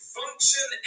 function